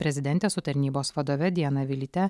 prezidentė su tarnybos vadove diana vilyte